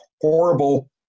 horrible